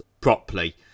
properly